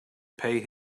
pay